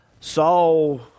Saul